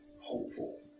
hopeful